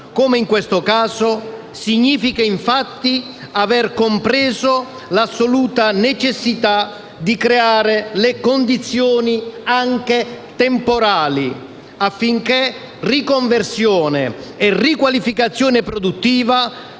come in questo caso, significa infatti aver compreso l'assoluta necessità di creare le condizioni, anche temporali, affinché riconversione e riqualificazione produttiva